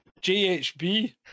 JHB